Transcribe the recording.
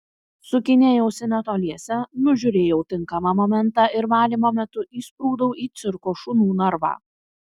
sukinėjausi netoliese nužiūrėjau tinkamą momentą ir valymo metu įsprūdau į cirko šunų narvą